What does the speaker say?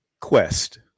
Quest